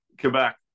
Quebec